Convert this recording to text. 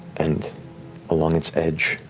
and along its edge,